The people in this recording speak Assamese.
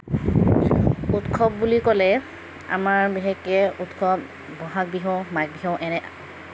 উৎসৱ বুলি ক'লে আমাৰ বিশেষকৈ উৎসৱ বহাগবিহু মাঘবিহু এনে